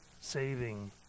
saving